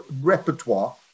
repertoire